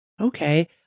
okay